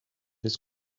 his